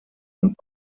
und